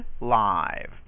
live